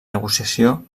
negociació